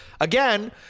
Again